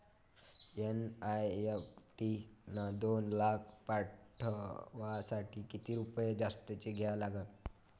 NEFT न दोन लाख पाठवासाठी किती रुपये जास्तचे द्या लागन?